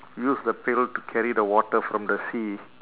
use the pail to carry the water from the sea